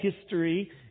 history